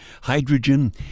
hydrogen